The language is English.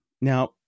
Now